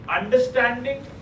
understanding